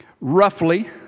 Roughly